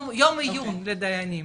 יום עיון לדיינים.